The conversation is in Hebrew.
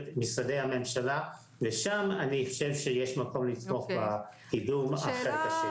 משרדי הממשלה ושם יש מקום לתמוך בקידום החלק השני.